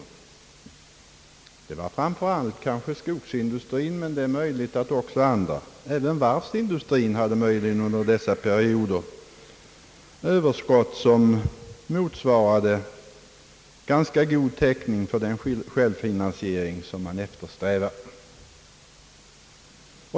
Detta gällde framför allt skogsindustrin, men det är möjligt att också andra industrier, t.ex. varvsindustrin, då hade överskott som motsvarade täckningen för den självfinansiering som man eftersträvat.